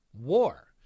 war